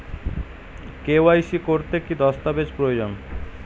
KYC করতে কি দস্তাবেজ প্রয়োজন?